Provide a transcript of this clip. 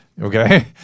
okay